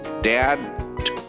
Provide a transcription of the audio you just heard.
Dad